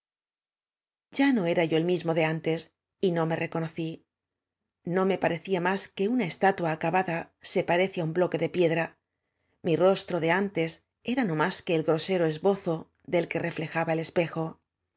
ya no era yo ei mismo de antes y no me re conocí no me parecía más que una estatua acabada se parece á un bloque de piedra mí rostro de antes era no más que el grosero esbo zo del que reflejaba el espejo